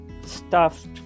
stuffed